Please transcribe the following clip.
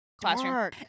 classroom